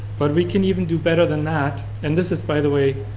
but we can even do better than that. and this is, by the way,